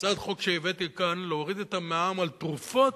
הצעת חוק שהבאתי כאן להוריד את המע"מ על תרופות.